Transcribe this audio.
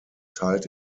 teilt